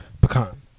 Pecan